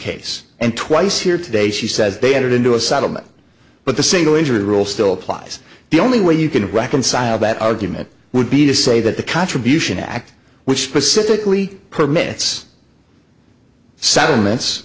case and twice here today she says they entered into a settlement but the single injury rule still applies the only way you can reconcile that argument would be to say that the contribution act which specifically permits settlements